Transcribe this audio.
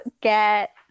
get